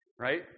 Right